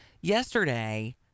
Yesterday